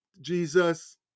Jesus